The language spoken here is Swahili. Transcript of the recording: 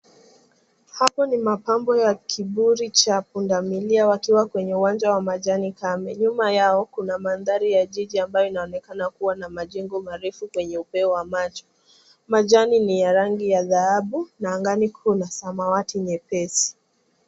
Hapo ni mapambo ya kiburi cha pundamilia wakiwa kwenye uwanja wa majani kame. Nyuma yao kuna mandhari ya jiji amabayo inaonekana kuwa na majengo marefu kwenye upeo wa macho. Majani ni ya rangi ya dhahabu na angani kuna samawati nyepesi.